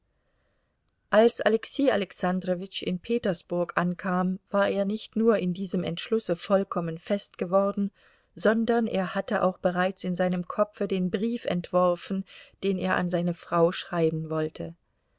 als alexei alexandrowitsch in petersburg ankam war er nicht nur in diesem entschlusse vollkommen fest geworden sondern er hatte auch bereits in seinem kopfe den brief entworfen den er an seine frau schreiben wollte